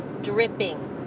dripping